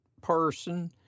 person